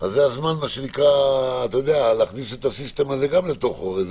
זה הזמן להכניס את הסיסטם הזה גם לתוך זה.